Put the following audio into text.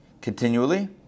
Continually